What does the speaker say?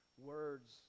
words